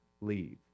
leave